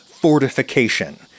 fortification